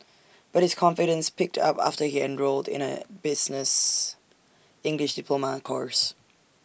but his confidence picked up after he enrolled in A business English diploma course